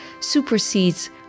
supersedes